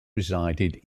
resided